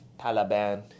taliban